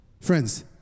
Friends